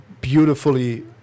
beautifully